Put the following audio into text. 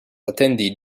atendi